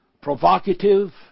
provocative